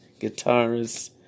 guitarist